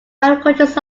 encourages